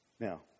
Now